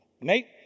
Nate